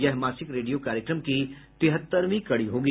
यह मासिक रेडियो कार्यक्रम की तिहत्तरवीं कड़ी होगी